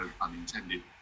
unintended